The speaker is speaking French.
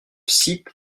cite